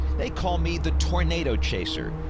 they call me the tornado chaser.